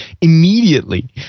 immediately